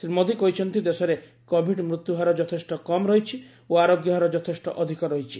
ଶ୍ରୀ ମୋଦୀ କହିଛନ୍ତି ଦେଶରେ କୋବିଡ୍ ମୃତ୍ୟୁ ହାର ଯଥେଷ୍ଟ କମ୍ ରହିଛି ଓ ଆରୋଗ୍ୟ ହାର ଯଥେଷ୍ଟ ଅଧିକ ରହିଛି